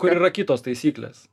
kur yra kitos taisyklės